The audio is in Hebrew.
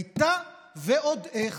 הייתה, ועוד איך.